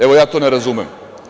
Evo, ja to ne razumem.